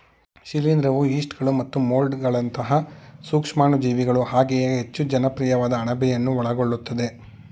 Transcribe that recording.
ಶಿಲೀಂಧ್ರವು ಯೀಸ್ಟ್ಗಳು ಮತ್ತು ಮೊಲ್ಡ್ಗಳಂತಹ ಸೂಕ್ಷಾಣುಜೀವಿಗಳು ಹಾಗೆಯೇ ಹೆಚ್ಚು ಜನಪ್ರಿಯವಾದ ಅಣಬೆಯನ್ನು ಒಳಗೊಳ್ಳುತ್ತದೆ